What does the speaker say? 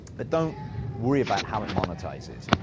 but don't worry about how it monetizes.